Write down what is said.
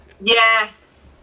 Yes